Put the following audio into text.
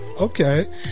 Okay